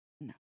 no